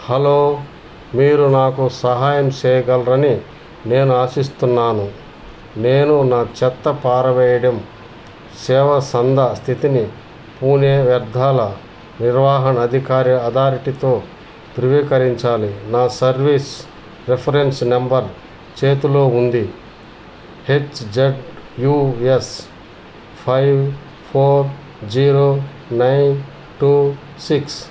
hello మీరు నాకు సహాయం చేయగలరని నేను ఆశిస్తున్నాను నేను నా చెత్త పారవేయడం సేవ సందా స్థితిని పూణే వ్యర్థాల నిర్వహణ అదికార్య అథారిటీతో ధృవీకరించాలి నా సర్వీస్ రిఫరెన్స్ నంబర్ చేతిలో ఉంది H Z U S five four zero nine two six